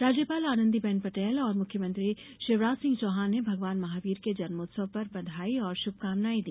राज्यपाल आनंदीबेन पटेल और मुख्यमंत्री शिवराज सिंह चौहान ने भगवान महावीर के जन्मोत्सव पर बधाई और श्भकामनाएं दी हैं